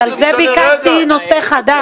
אז על זה ביקשתי נושא חדש.